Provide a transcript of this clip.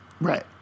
Right